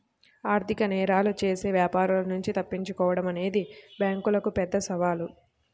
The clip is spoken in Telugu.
ఆర్థిక నేరాలు చేసే వ్యాపారుల నుంచి తప్పించుకోడం అనేది బ్యేంకులకు పెద్ద సవాలు